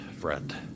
friend